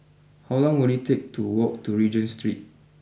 how long will it take to walk to Regent Street